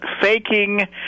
faking